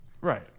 right